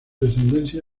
descendencia